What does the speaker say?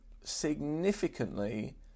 significantly